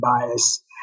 bias